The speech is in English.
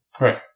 Right